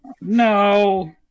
No